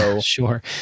Sure